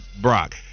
Brock